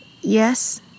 Yes